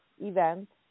events